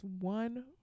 one